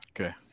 Okay